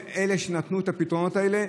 אלה שנתנו את הפתרונות האלה,